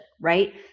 Right